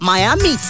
Miami